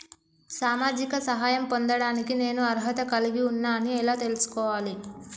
సామాజిక సహాయం పొందడానికి నేను అర్హత కలిగి ఉన్న అని ఎలా తెలుసుకోవాలి?